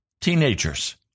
teenagers